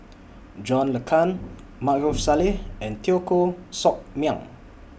John Le Cain Maarof Salleh and Teo Koh Sock Miang